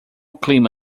clima